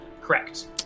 Correct